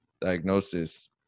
diagnosis